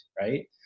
Right